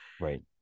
right